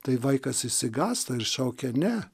tai vaikas išsigąsta ir šaukia ne